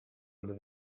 under